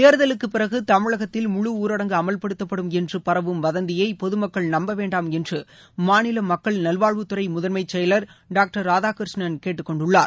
தேர்தலுக்கு பிறகு தமிழகத்தில் முழு ஊரடங்கு அமல்படுத்தப்படும் என்று பரவும் வதந்தியை பொது மக்கள் நப்ப வேண்டாம் என்று மாநில மக்கள் நல்வாழ்வுத்துறை முதன்மை செயலர் டாக்டர் ராதாகிருஷ்ணன் கேட்டுக்கொண்டுள்ளார்